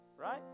Right